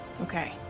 okay